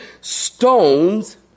stones